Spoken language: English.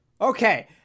Okay